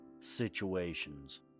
situations